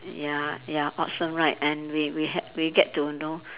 ya ya awesome right and we we ha~ we get to know